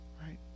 right